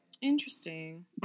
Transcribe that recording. Interesting